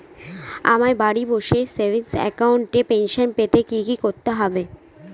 আমায় বাড়ি বসে সেভিংস অ্যাকাউন্টে পেনশন পেতে কি কি করতে হবে?